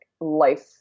life